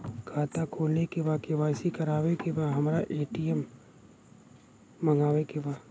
खाता खोले के बा के.वाइ.सी करावे के बा हमरे खाता के ए.टी.एम मगावे के बा?